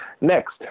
Next